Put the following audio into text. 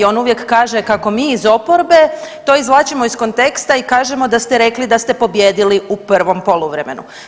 On uvijek kaže kako mi iz oporbe to izvlačimo iz konteksta i kažemo da ste rekli da ste pobijedili u prvom poluvremenu.